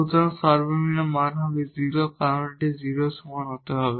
সুতরাং মিনিমা মান হবে 0 কারণ এটি 0 এর সমান হতে হবে